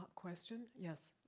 question, yes.